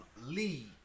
Lee